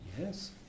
yes